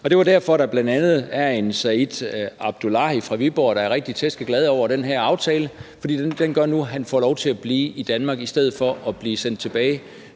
Det var derfor, der bl.a. er en Said Abdullahi fra Viborg, der er rigtig tæske glad over den her aftale, for den gør, at han får lov til at blive i Danmark i stedet for at blive sendt tilbage